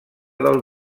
del